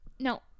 No